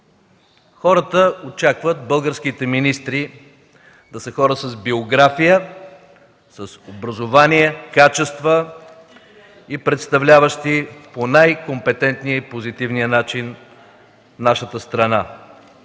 Хората очакват българските министри да са хора с биография, с образование, с качества и представляващи по най-компетентния и позитивния начин нашата страна.